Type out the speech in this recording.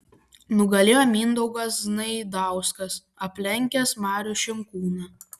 nugalėjo mindaugas znaidauskas aplenkęs marių šinkūną